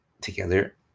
together